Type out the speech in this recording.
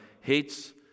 hates